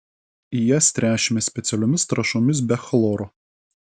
jas tręšiame specialiomis trąšomis be chloro